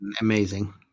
amazing